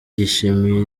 yishimiye